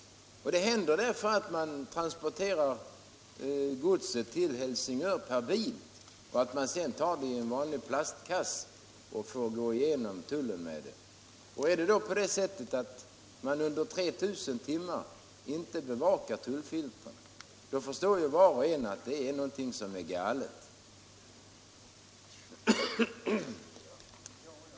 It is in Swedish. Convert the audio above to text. Godset transporteras ofta till Helsingör per bil och tas sedan i en vanlig plastkasse vid passagen genom tullen. Om tullfiltren då är obevakade under 3 000 timmar, förstår var och en att någonting är galet.